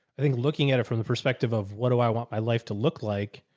i think looking at it from the perspective of what do i want my life to look like.